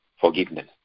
forgiveness